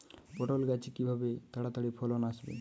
পটল গাছে কিভাবে তাড়াতাড়ি ফলন আসবে?